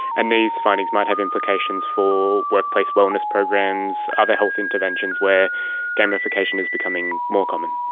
and these findings might have implications for workplace wellness programs, other health interventions, where gamification is becoming more common.